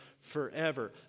Forever